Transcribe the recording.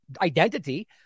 identity